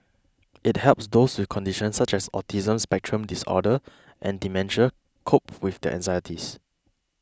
it helps those with conditions such as autism spectrum disorder and dementia cope with their anxieties